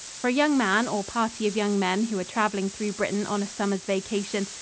for a young man or party of young men who are traveling through britain on a summer's vacation,